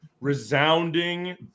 resounding